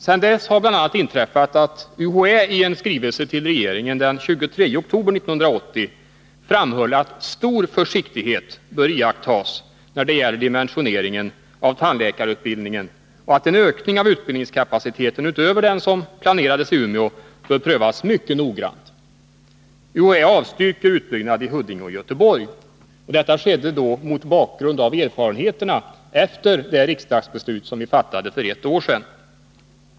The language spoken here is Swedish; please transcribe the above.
Sedan dess har bl.a. inträffat att UHÄ i en skrivelse till regeringen den 23 oktober 1980 framhållit att stor försiktighet bör iakttas när det gäller dimensioneringen av tandläkarutbildningen och att en ökning av utbildningskapaciteten utöver den som planeradesi Umeå bör prövas mycket noggrant. UHÄ avstyrker utbyggnad i Huddinge och Göteborg. Detta har skett mot bakgrund av erfarenheterna efter det beslut riksdagen fattade för ett år sedan.